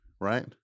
Right